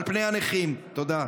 תודה.